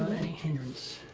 hindrance.